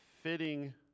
fitting